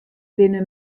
binne